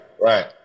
right